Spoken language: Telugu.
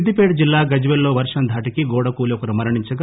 సిద్దిపేట జిల్లా గజ్వేల్ లో వర్షం ధాటికి గోడకూలి ఒకరు మరణించగా